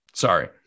sorry